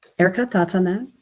erica thoughts on that?